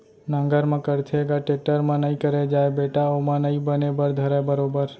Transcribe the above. नांगर म करथे ग, टेक्टर म नइ करे जाय बेटा ओमा नइ बने बर धरय बरोबर